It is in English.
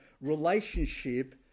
relationship